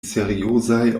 seriozaj